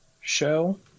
show